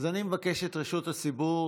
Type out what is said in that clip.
אני מבקש את רשות הציבור,